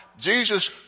Jesus